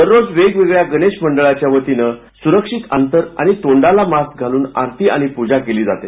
दररोज वेगवेगळ्या गणेश मंडळाच्या वतीनं सुरक्षित अंतर आणि तोंडाला मास्क घालून आरती आणि पूजा केली जाते